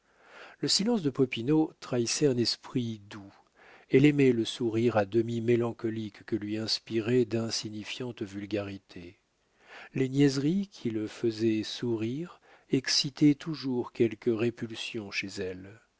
le silence de popinot trahissait un esprit doux elle aimait le sourire à demi mélancolique que lui inspiraient d'insignifiantes vulgarités les niaiseries qui le faisaient sourire excitaient toujours quelque répulsion chez elle